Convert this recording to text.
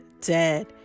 dead